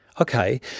Okay